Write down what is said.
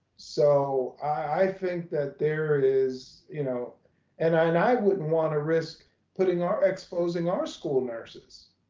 so i think that there is you know and i and i wouldn't wanna risk putting our, exposing our school nurses.